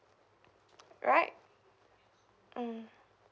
right mm